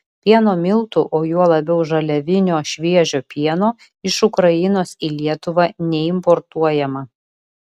pieno miltų o juo labiau žaliavinio šviežio pieno iš ukrainos į lietuvą neimportuojama